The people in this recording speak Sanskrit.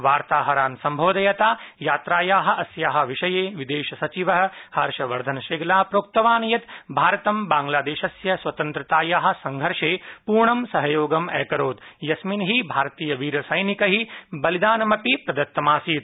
वार्ताहरान् सम्बोधयता यात्रायाः अस्याः विषये विदेशसचिवः हर्षवर्धनश्रेंगलाः प्रोक्तवान् यत् भारत बांग्लादेशस्य स्वतन्त्रतायाः सङ्घर्षे पूर्ण सहयोगम् अकरोत् यस्मिन् हि भारतीयवीरसरििक् बलिदानमपि दत्तमासीत